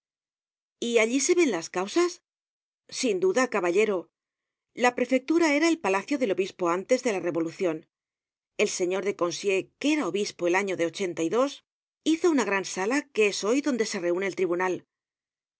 y allí se ven las causas sin duda caballero la prefectura era el palacio del obispo antes de la revolucion el señor de conzié que era obispo el año de ochenta y dos hizo una gran sala que es donde hoy se reune el tribunal